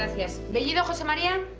ah yeah bellido jose maria.